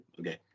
okay